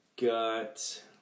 got